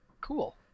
Cool